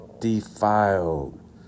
defiled